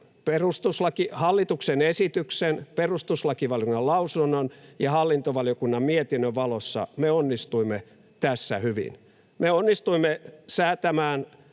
mielestäni hallituksen esityksen, perustuslakivaliokunnan lausunnon ja hallintovaliokunnan mietinnön valossa me onnistuimme tässä hyvin. Me onnistuimme säätämään